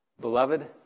Beloved